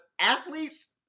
athletes